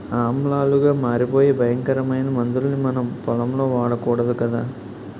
ఆమ్లాలుగా మారిపోయే భయంకరమైన మందుల్ని మనం పొలంలో వాడకూడదు కదా